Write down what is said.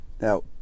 Now